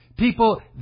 People